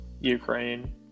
Ukraine